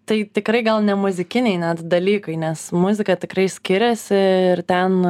tai tikrai gal ne muzikiniai net dalykai nes muzika tikrai skiriasi ir ten